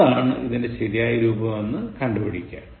എന്താണ് ഇതിൻറെ ശരിയായ രൂപം എന്ന് കണ്ടു പിടിക്കുക